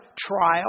trial